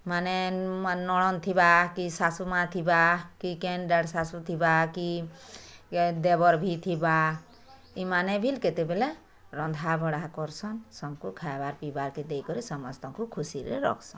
ମାନେ ନଣନ୍ଦ୍ ଥିବା କି ଶାଶୁ ମା ଥିବା କି କେନ୍ ଦେଢ଼ଶାଶୁ ଥିବା କି ଦେବର୍ ବି ଥିବା ଏମାନେ ବି କେତେବେଳେ ରନ୍ଧାବଢ଼ା କର୍ସନ୍ ସମସ୍ତଙ୍କୁ ଖାଇବାର୍କେ ପିଇବାର୍କେ ଦେଇକରି ସମସ୍ତଙ୍କୁ ଖୁସିରେ ରଖସନ୍